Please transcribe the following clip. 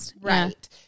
Right